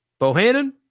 Bohannon